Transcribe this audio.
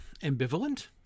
ambivalent